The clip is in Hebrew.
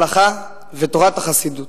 הלכה ותורת החסידות.